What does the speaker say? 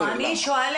אני חייב